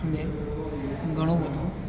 અને ઘણું બધું